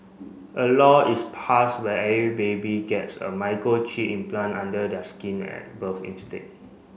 a law is passed where every baby gets a microchip implant under their skin at birth instead